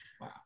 wow